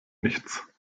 nichts